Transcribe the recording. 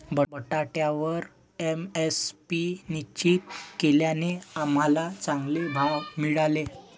बटाट्यावर एम.एस.पी निश्चित केल्याने आम्हाला चांगले भाव मिळाले